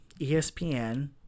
ESPN